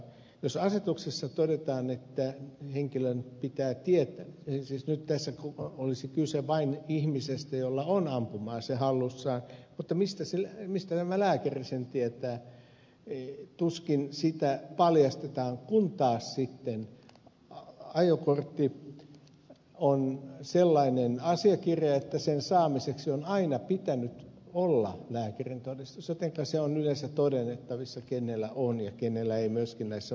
jos asetuksessa todetaan että henkilön pitää tietää siis nyt tässä olisi kyse vain ihmisestä jolla on ampuma ase hallussaan mutta mistä tämä lääkäri sen tietää tuskin sitä paljastetaan kun taas sitten ajokortti on sellainen asiakirja että sen saamiseksi on aina pitänyt olla lääkärintodistus jotenka se on yleensä todennettavissa kenellä on ja kenellä ei myöskin näissä vastaanottotapahtumissa